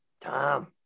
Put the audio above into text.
Tom